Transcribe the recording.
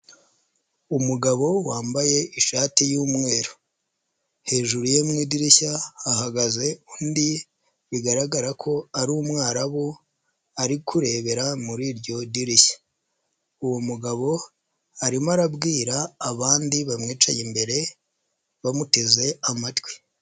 Umugabo wambaye ishati y'umweru hejuru ye mu idirishya hahagaze undi bigaragara ko ari umwarabu ari kurebera muri iryo dirishya. Uwo mugabo arimo arabwira abandi bamwicaye imbere bamuteze amatwi.